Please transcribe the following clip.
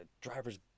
driver's